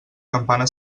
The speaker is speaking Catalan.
campana